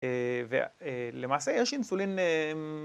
ולמעשה יש אינסולין